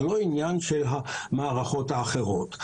אבל לא עניין של המערכות האחרות.